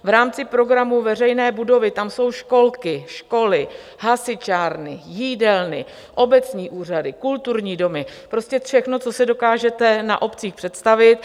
V rámci programu Veřejné budovy tam jsou školky, školy, hasičárny, jídelny, obecní úřady, kulturní domy, prostě všechno, co si dokážete na obcích představit.